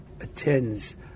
attends